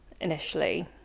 initially